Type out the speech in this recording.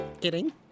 kidding